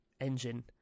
engine